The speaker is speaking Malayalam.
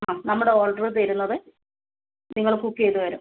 അതെ നമ്മള് ഓർഡർ തരുന്നത് നിങ്ങള് കുക്ക് ചെയ്ത് തരും